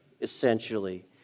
essentially